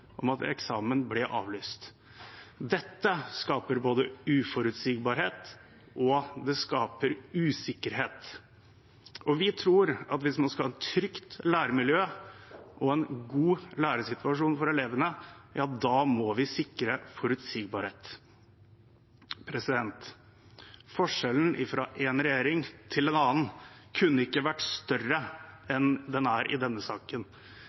om at eksamen ble avlyst. Det skapte både uforutsigbarhet og usikkerhet, og vi tror at hvis man skal ha et trygt læringsmiljø og en god læringssituasjon for elevene, ja, da må vi sikre forutsigbarhet. Forskjellen fra én regjering til en annen kunne ikke vært større enn den er i denne saken.